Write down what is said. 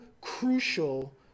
crucial